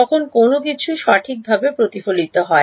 তখন কোনও কিছু সঠিকভাবে প্রতিফলিত হয়